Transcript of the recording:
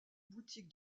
boutique